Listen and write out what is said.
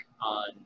on